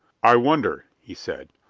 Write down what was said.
i wonder, he said,